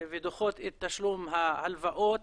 ודוחות את תשלום ההלוואות,